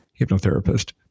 hypnotherapist